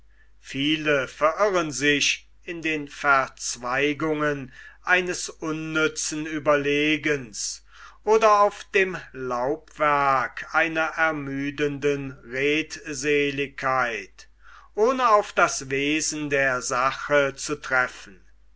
viele verirren sich in den verzweigungen eines unnützen ueberlegens oder auf dem laubwerk einer ermüdenden redseligkeit ohne auf das wesen der sache zu treffen